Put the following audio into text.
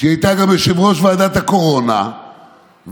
והיא הייתה גם יושבת-ראש ועדת הקורונה בזמנו,